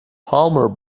palmer